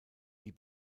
die